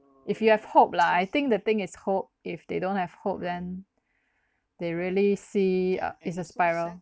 if you have hope lah I think the thing is hope if they don't have hope then they really see a its a spiral